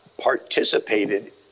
participated